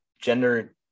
gender